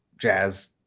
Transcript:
jazz